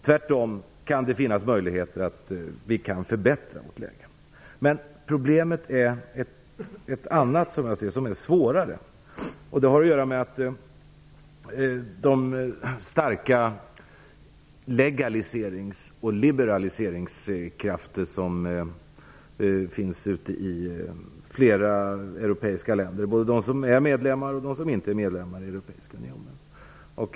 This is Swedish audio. Tvärtom kan det finnas möjligheter att vi kan förbättra läget. Problemet är som jag ser det ett annat, svårare. Det har att göra med de starka legaliserings och liberaliseringskrafter som finns ute i flera europeiska länder - både de som är medlemmar och de som inte är medlemmar i Europeiska unionen.